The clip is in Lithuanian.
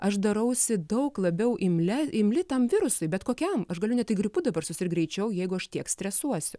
aš darausi daug labiau imlia imli tam virusui bet kokiam aš galiu net ir gripu dabar susirgt greičiau jeigu aš tiek stresuosiu